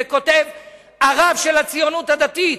זה כותב הרב של הציונות הדתית.